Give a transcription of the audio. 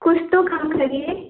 कुछ तो कम करिए